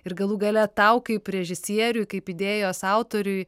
ir galų gale tau kaip režisieriui kaip idėjos autoriui